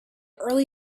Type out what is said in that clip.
early